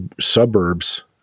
suburbs